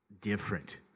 different